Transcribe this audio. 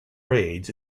raids